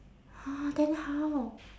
!huh! then how